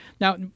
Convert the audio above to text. Now